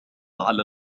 على